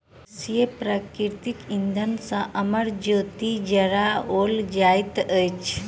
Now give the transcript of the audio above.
गैसीय प्राकृतिक इंधन सॅ अमर ज्योति जराओल जाइत अछि